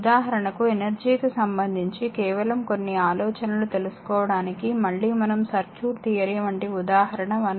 ఉదాహరణకు ఎనర్జీ కి సంబంధించి కేవలం కొన్ని ఆలోచనలను తెలుసుకోవడానికి మళ్ళీ మనం సర్క్యూట్ థియరీ వంటి ఉదాహరణ 1